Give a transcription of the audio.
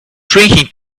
drinking